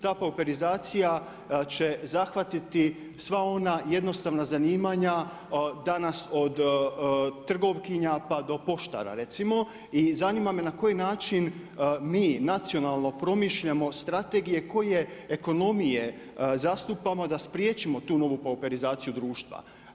Ta pooperziacija će zahvatiti sva ona jednostavna zanimanja danas od trgovkinja pa do poštara recimo i zanima me na koji način mi nacionalno promišljamo strategije koje ekonomije zastupamo da spriječimo tu novu pooperizaciju društva.